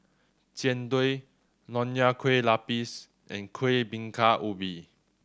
Jian Dui Nonya Kueh Lapis and Kueh Bingka Ubi